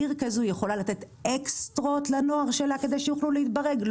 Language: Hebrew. עיר כזאת יכולה לתת אקסטרות לנוער שלה כדי שיוכלו להתברג?